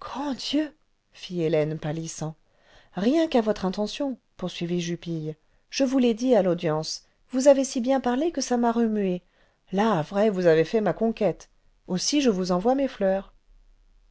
grand dieu fit hélène pâlissant rien qu'à votre intention poursuivit jupille je vous l'ai dit à l'audience vous avez si bien parlé que ça m'a remué là vrai vous avez fait ma conquête aussi je vous envoie mes fleurs